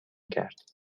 کرد